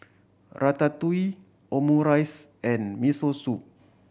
Ratatouille Omurice and Miso Soup